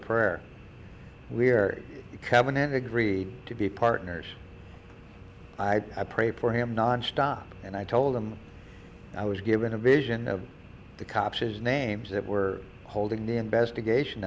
a prayer we're covenant agreed to be partners i prayed for him nonstop and i told him i was given a vision of the copses names that were holding the investigation